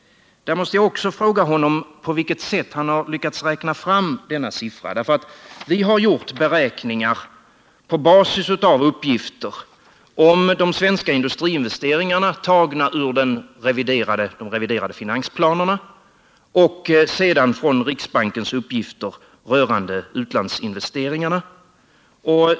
Där måste jag också fråga Gösta Bohman på vilket sätt han har lyckats räkna fram denna siffra, därför att vi har gjort beräkningar på basis av uppgifter om svenska industriinvesteringar, tagna ur de reviderade finansplanerna, och sedan utifrån riksbankens uppgifter rörande utlandsinvesteringarna.